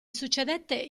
succedette